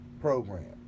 program